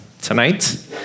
tonight